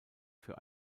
für